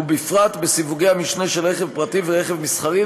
ובפרט בסיווגי המשנה של רכב פרטי ורכב מסחרי,